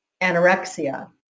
anorexia